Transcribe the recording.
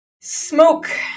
Smoke